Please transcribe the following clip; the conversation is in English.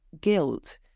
guilt